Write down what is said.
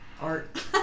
Art